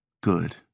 Good